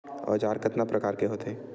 औजार कतना प्रकार के होथे?